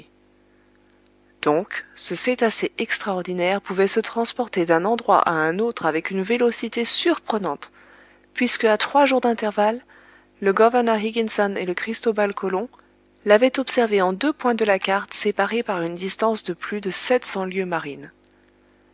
donc ce cétacé extraordinaire pouvait se transporter d'un endroit à un autre avec une vélocité surprenante puisque à trois jours d'intervalle le governor higginson et le cristobal colon l'avaient observé en deux points de la carte séparés par une distance de plus de sept cents lieues marines